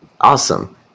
awesome